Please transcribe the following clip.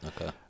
Okay